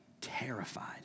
terrified